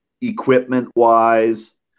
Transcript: equipment-wise